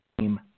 team